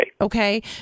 okay